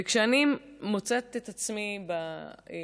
וכשאני מוצאת את עצמי בשאלות,